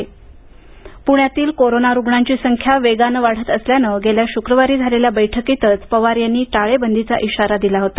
पूण्यातील कोरोना रुग्णांची संख्या वेगानं वाढत असल्यानं गेल्या शुक्रवारी झालेल्या बैठकीतच पवार यांनी टाळेबंदीचा इशारा दिला होता